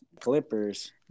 Clippers